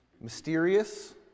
mysterious